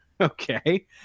Okay